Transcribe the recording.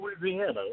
Louisiana